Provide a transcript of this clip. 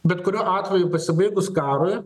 bet kuriuo atveju pasibaigus karui